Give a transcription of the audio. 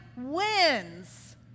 wins